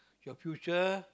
your future